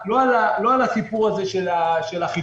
לא על הסיפור הזה של החיתום.